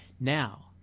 Now